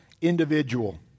individual